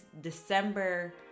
December